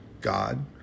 God